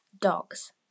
dogs